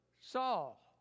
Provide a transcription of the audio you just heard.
Saul